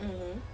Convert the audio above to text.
mmhmm